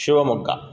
Shivamogga